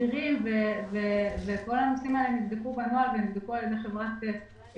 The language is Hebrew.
תצהירים וכל הנושאים האלה נבדקו על-ידי רואה-חשבון.